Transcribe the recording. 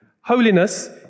Holiness